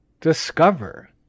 discover